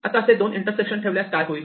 आता असे 2 इंटरसेक्शन ठेवल्यास काय होईल